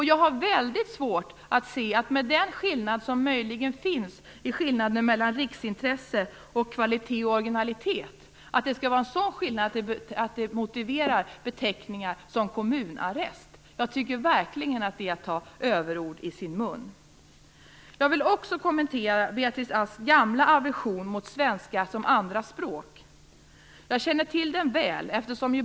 Jag har väldigt svårt att se att den skillnad som möjligen finns mellan "riksintresse" och "kvalitet och originalitet" skulle vara sådan att det motiverar beteckningar som kommunarrest. Jag tycker verkligen att det är att ta överord i sin mun. Jag vill också kommentera Beatrice Ask gamla aversion mot svenska som andra språk. Jag känner till den väl.